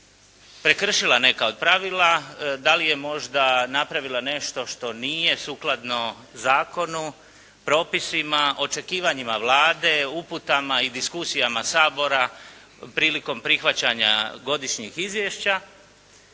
prekršila neka od pravila, da li je možda napravila nešto što nije sukladno zakonu, propisima, očekivanjima Vlade, uputama i diskusijama Sabora prilikom prihvaćanja godišnjih izvješća